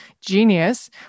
genius